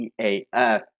EAF